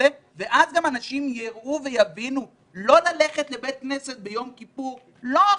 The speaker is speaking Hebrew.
כאלה ואז גם אנשים יראו ויבינו לא ללכת לבית כנסת ביום כיפור לא,